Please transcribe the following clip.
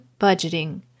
budgeting